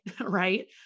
Right